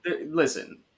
Listen